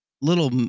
little